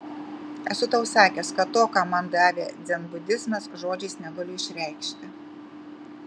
esu tau sakęs kad to ką man davė dzenbudizmas žodžiais negaliu išreikšti